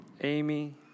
Amy